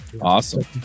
Awesome